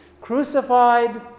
crucified